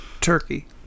Turkey